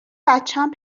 بچم